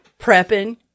prepping